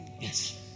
yes